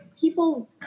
people